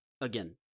again